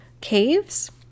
Caves